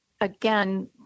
again